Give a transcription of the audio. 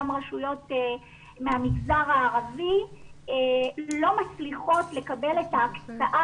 גם רשויות מהמגזר הערבי לא מצליחות לקבל את ההקצאה